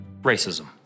racism